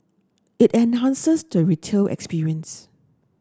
it enhances the retail experience